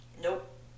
Nope